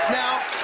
now